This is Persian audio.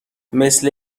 مثل